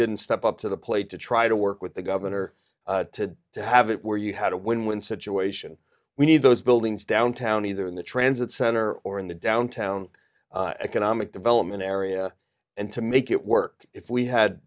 didn't step up to the plate to try to work with the governor to have it where you had a win win situation we need those buildings downtown either in the transit center or in the downtown economic development area and to make it work if we had